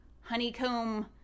honeycomb